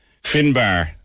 Finbar